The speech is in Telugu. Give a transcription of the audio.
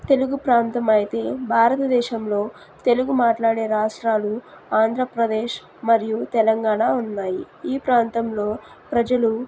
తెలుగు ప్రాంతం అయితే భారతదేశంలో తెలుగు మాట్లాడే రాష్ట్రాలు ఆంధ్రప్రదేశ్ మరియు తెలంగాణ ఉన్నాయి ఈ ప్రాంతంలో ప్రజలు